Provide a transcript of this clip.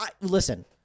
Listen